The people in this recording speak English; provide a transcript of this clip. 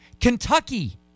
Kentucky